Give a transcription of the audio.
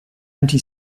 empty